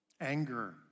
Anger